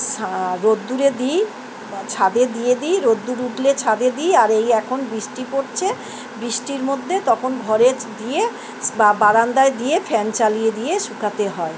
রোদ্দুরে দিই ছাদে দিয়ে দিই রোদ্দুর উঠলে ছাদে দিই আর এই এখন বৃষ্টি পড়ছে বৃষ্টির মধ্যে তখন ঘরে দিয়ে বারান্দায় দিয়ে ফ্যান চালিয়ে দিয়ে শুকাতে হয়